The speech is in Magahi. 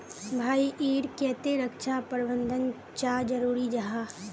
भाई ईर केते रक्षा प्रबंधन चाँ जरूरी जाहा?